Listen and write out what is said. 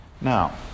Now